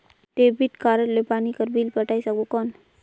Debit card ले पानी कर बिल पटाय सकबो कौन?